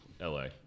LA